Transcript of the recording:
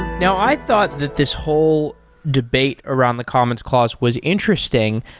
now i thought that this whole debate around the commons clause was interesting.